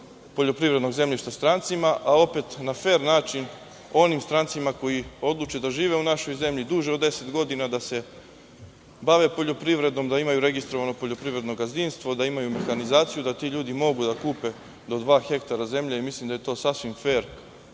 poljoprivrednog zemljišta strancima, a opet na fer način onim strancima koji odluče da žive u našoj zemlji duže od deset godina da se bave poljoprivredom, da imaju registrovano poljoprivredno gazdinstvo, da imaju mehanizaciju, da ti ljudi mogu da kupe do dva hektara zemlje i mislim da je to sasvim fer